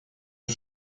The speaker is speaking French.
est